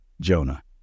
jonah